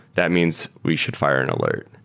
that means we should fire an alert.